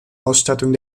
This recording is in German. ausstattung